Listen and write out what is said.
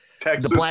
Texas